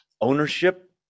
ownership